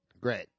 Great